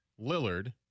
Lillard